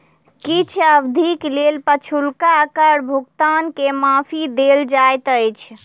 किछ अवधिक लेल पछुलका कर भुगतान के माफी देल जाइत अछि